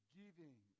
giving